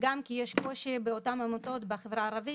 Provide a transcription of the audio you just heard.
וגם כי יש קושי לאותן עמותות בחברה הערבית